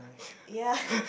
ya